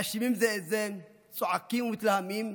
מאשימים זה את זה, צועקים ומתלהמים.